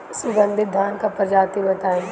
सुगन्धित धान क प्रजाति बताई?